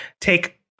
take